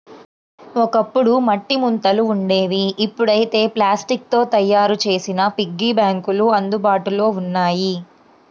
ఒకప్పుడు మట్టి ముంతలు ఉండేవి ఇప్పుడైతే ప్లాస్టిక్ తో తయ్యారు చేసిన పిగ్గీ బ్యాంకులు అందుబాటులో ఉన్నాయి